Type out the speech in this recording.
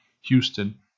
Houston